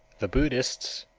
the buddhists,